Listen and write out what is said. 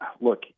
look